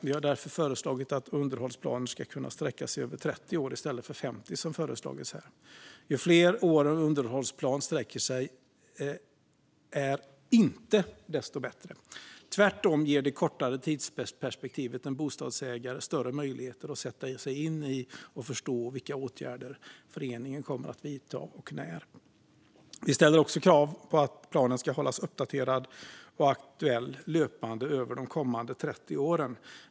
Vi har därför föreslagit att underhållsplaner ska kunna sträcka sig över 30 år i stället för 50, som föreslagits här. Det är inte bättre ju fler år en underhållsplan sträcker sig över. Tvärtom ger det kortare tidsperspektivet en bostadsägare större möjligheter att sätta sig in i och förstå vilka åtgärder föreningen kommer att vidta och när. Vi ställer också krav på att planen ska hållas uppdaterad och aktuell löpande över de kommande 30 åren.